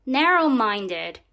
narrow-minded